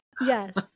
Yes